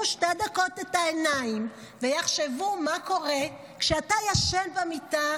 את העיניים שתי דקות ויחשבו מה קורה כשאתה ישן במיטה,